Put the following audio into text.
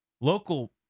local